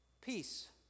Peace